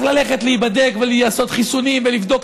ללכת להיבדק ולעשות חיסונים ולבדוק,